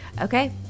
Okay